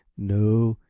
no,